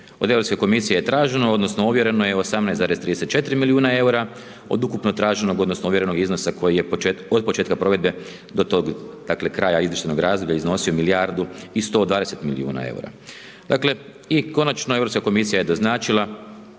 Od Europske komisije je traženo odnosno ovjereno je 18,34 milijuna EUR-a od ukupno traženog odnosno ovjerenog iznosa koji je od početka provedbe do tog, dakle, kraja izvještajnog razdoblja iznosio milijardu i 120 milijuna EUR-a. Dakle, i konačno Europska komisija je doznačila